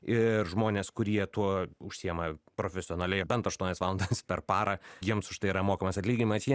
ir žmonės kurie tuo užsiima profesionaliai bent aštuonias valandas per parą jiems už tai yra mokamas atlyginimas jie